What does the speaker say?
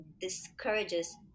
discourages